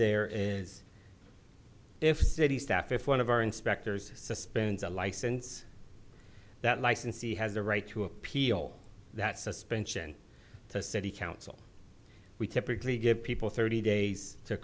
there is if a city staff if one of our inspectors suspends a license that licensee has a right to appeal that suspension to city council we typically give people thirty days to